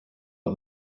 got